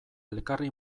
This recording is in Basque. elkarri